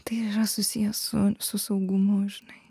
tai ir yra susiję su su saugumu žinai